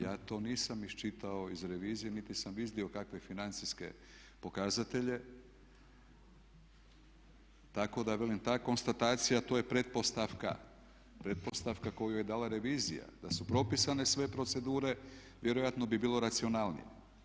Ja to nisam iščitao iz revizije niti sam iznio kakve financijske pokazatelje, tako da velim ta konstatacija to je pretpostavka koju je dala revizija da su propisane sve procedure, vjerojatno bi bilo racionalnije.